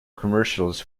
commercials